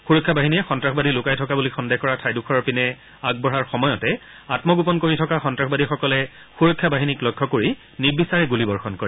সূৰক্ষা বাহিনীয়ে সন্তাসবাদী লুকাই থকা বুলি সন্দেহ কৰা ঠাইডোখৰৰ পিনে আগবঢ়াৰ সময়তে আমগোপন কৰি থকা সন্তাসবাদীসকলে সুৰক্ষা বাহিনীক লক্ষ্য কৰি নিৰ্বিচাৰে গুলীবৰ্ষণ কৰে